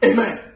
Amen